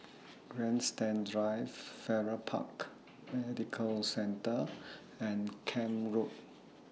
Grandstand Drive Farrer Park Medical Centre and Camp Road